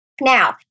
Now